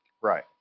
Right